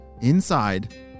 inside